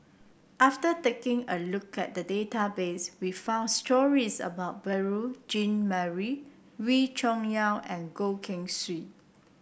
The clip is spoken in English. after taking a look at the database we found stories about Beurel Jean Marie Wee Cho Yaw and Goh Keng Swee